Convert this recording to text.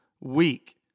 week